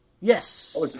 Yes